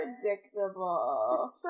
predictable